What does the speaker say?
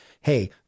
hey